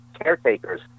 caretakers